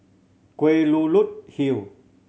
Kelulut Hill